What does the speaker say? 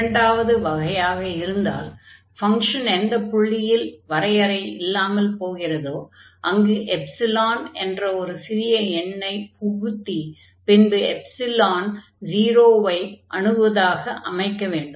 இரண்டாவது வகையாக இருந்தால் ஃபங்ஷன் எந்தப் புள்ளியில் வரையறை இல்லாமல் போகிறதோ அங்கு எப்சிலான் என்ற ஒரு சிறிய எண்ணைப் புகுத்தி பின்பு எப்சிலான் 0 ஐ அணுகுவதாக அமைக்க வேண்டும்